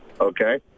Okay